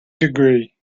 degree